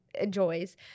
enjoys